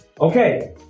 Okay